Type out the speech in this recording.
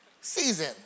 season